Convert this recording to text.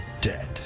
Dead